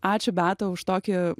ačiū beata už tokį